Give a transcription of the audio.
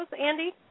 Andy